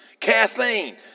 caffeine